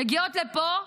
מגיעות לפה.